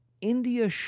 India